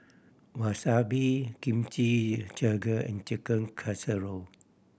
Wasabi Kimchi Jjigae and Chicken Casserole